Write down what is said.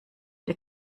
der